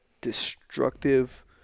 destructive